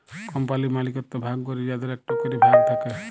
কম্পালির মালিকত্ব ভাগ ক্যরে যাদের একটা ক্যরে ভাগ থাক্যে